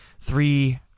three